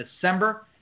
December